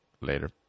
later